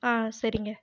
ஆ சரிங்க